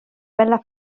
bella